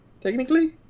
technically